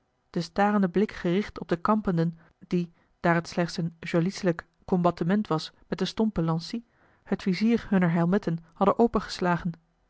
den starenden blik gericht op de kampenden die daar het slechts een jolyselijk combattement was met de stompe lancie het vizier hunner helmetten hadden